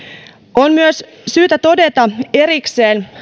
on myös syytä todeta erikseen